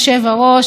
אני כמובן